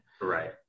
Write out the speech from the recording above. right